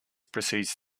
proceeds